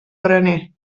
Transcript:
graner